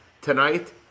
tonight